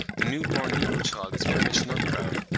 the new-born negro child is reddish nut-brown,